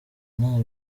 nta